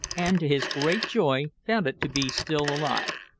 and, his great joy, found it to be still alive.